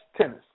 tennis